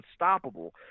unstoppable